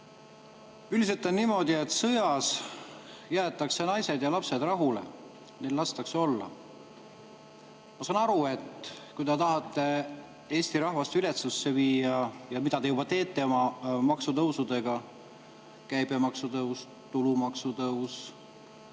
Üldiselt on niimoodi, et sõjas jäetakse naised ja lapsed rahule. Neil lastakse olla. Ma saan aru, et te tahate Eesti rahvast viletsusse viia, te juba teete seda oma maksutõusudega – käibemaksu tõus, tulumaksu tõus